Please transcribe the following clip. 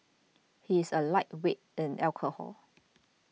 he is a lightweight in alcohol